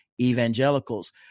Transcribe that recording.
evangelicals